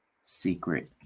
secret